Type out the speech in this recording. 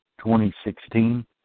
2016